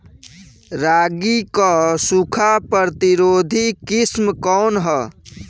रागी क सूखा प्रतिरोधी किस्म कौन ह?